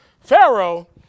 Pharaoh